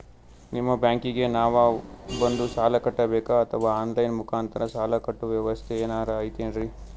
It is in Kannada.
ನಿಮ್ಮ ಬ್ಯಾಂಕಿಗೆ ನಾವ ಬಂದು ಸಾಲ ಕಟ್ಟಬೇಕಾ ಅಥವಾ ಆನ್ ಲೈನ್ ಮುಖಾಂತರ ಸಾಲ ಕಟ್ಟುವ ವ್ಯೆವಸ್ಥೆ ಏನಾರ ಐತೇನ್ರಿ?